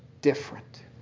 different